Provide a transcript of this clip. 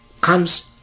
comes